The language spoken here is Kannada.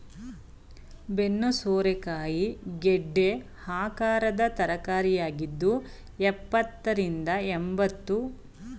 ಬೆನ್ನು ಸೋರೆಕಾಯಿ ಗೆಡ್ಡೆ ಆಕಾರದ ತರಕಾರಿಯಾಗಿದ್ದು ಎಪ್ಪತ್ತ ರಿಂದ ಎಂಬತ್ತು ದಿನಗಳಲ್ಲಿ ಕುಯ್ಲಿಗೆ ಬರುತ್ತೆ